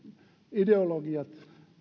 ideologiat